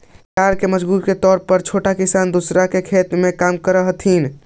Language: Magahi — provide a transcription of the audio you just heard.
खेतिहर मजदूर के तौर पर छोटा किसान दूसर के खेत में काम करऽ हथिन